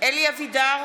אלי אבידר,